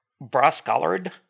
brass-colored